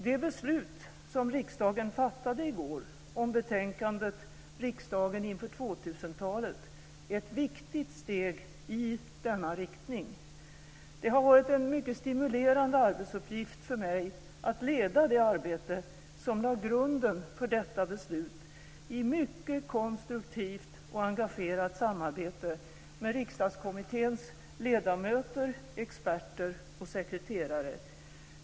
Det beslut som riksdagen fattade i går om betänkandet Riksdagen inför 2000-talet är ett viktigt steg i denna riktning. Det har varit en mycket stimulerande arbetsuppgift för mig att leda det arbete som lade grunden för detta beslut i mycket konstruktivt och engagerat samarbete med Riksdagskommitténs ledamöter, experter och sekreterare.